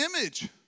image